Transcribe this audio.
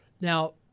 Now